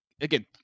again